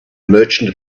merchant